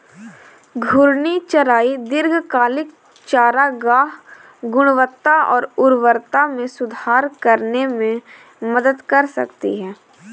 घूर्णी चराई दीर्घकालिक चारागाह गुणवत्ता और उर्वरता में सुधार करने में मदद कर सकती है